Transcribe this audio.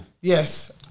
Yes